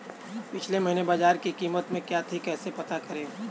पिछले महीने बाजरे की कीमत क्या थी कैसे पता करें?